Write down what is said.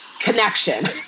connection